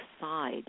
side